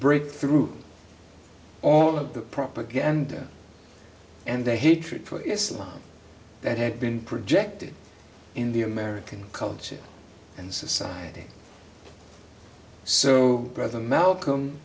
break through all of the propaganda and the hatred for islam that had been projected in the american culture and society so brother malcolm